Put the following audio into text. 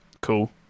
cool